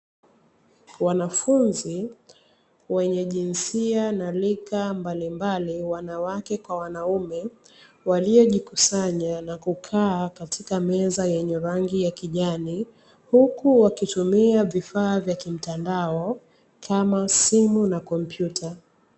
Wanafunzi wenye jinsia na rika mbalimbali, wanawake kwa wanaume waliojikusanya na kukaa katika meza yenye rangi ya kijani, huku wakitumia vifaa vya kimtandao kama simu na kompyuta.